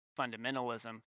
fundamentalism